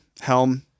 Helm